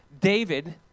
David